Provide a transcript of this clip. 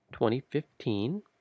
2015